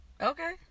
Okay